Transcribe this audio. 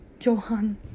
johan